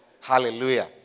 Hallelujah